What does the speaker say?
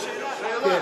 שאלה,